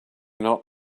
not